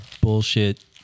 bullshit